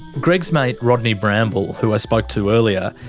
greg's mate rodney bramble, who i spoke to earlier,